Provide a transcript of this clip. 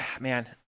man